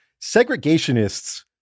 segregationists